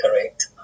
correct